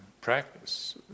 practice